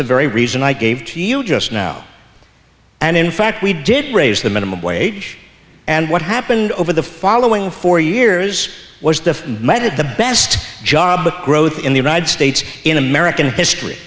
the very reason i gave to you just now and in fact we did raise the minimum wage and what happened over the following four years was the method the best job growth in the united states in american history